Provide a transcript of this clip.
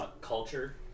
culture